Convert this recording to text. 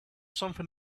something